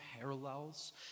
parallels